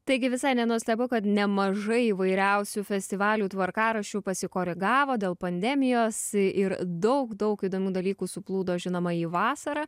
taigi visai nenuostabu kad nemažai įvairiausių festivalių tvarkaraščių pasikoregavo dėl pandemijos ir daug daug įdomių dalykų suplūdo žinoma į vasarą